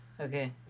Okay